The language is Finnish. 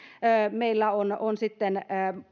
se kun sitten